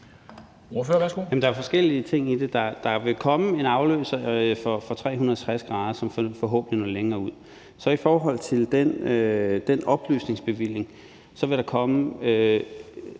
er jo forskellige ting i det. Der vil komme en afløser for Magasinet 360°, som forhåbentlig vil nå længere ud. Og i forhold til den oplysningsbevilling er der jo